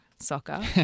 Soccer